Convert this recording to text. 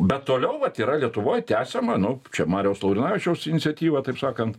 bet toliau vat yra lietuvoj tęsiama nu čia mariaus laurinavičiaus iniciatyva taip sakant